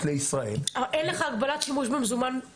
לישראל --- אין לך הגבלת שימוש במזומן בכלל בארץ.